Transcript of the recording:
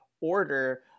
order